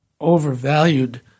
overvalued